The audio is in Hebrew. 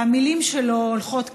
והמילים שלו הולכות ככה,